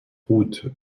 route